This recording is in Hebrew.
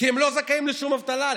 כי הם לא זכאים לשום אבטלה.